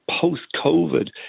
post-COVID